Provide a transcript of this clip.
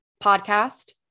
podcast